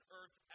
earth